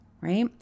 right